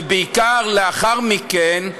ובעיקר לאחר מכן,